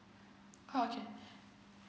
oh okay